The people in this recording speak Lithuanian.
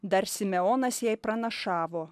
dar simeonas jai pranašavo